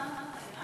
והציבור.